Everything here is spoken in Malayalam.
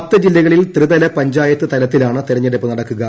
പത്ത് ജില്ലകളിൽ ത്രിതല പഞ്ചായത്ത് തലത്തിലാണ് തെരഞ്ഞെടുപ്പ് നടക്കുക